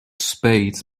spades